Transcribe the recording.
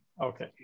okay